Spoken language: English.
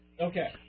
okay